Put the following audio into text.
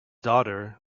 daughter